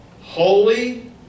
Holy